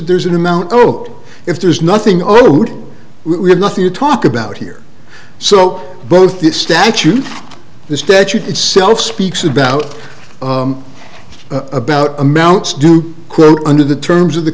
there's an amount if there's nothing other we have nothing to talk about here so both this statute the statute itself speaks about about amounts do quote under the terms of the